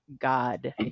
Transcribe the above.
god